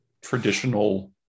traditional